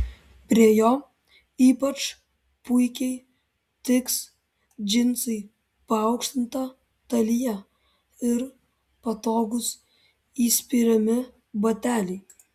prie jo ypač puikiai tiks džinsai paaukštinta talija ir patogūs įspiriami bateliai